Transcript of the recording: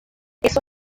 eso